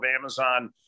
Amazon